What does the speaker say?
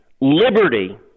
liberty